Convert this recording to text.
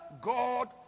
God